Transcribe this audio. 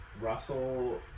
Russell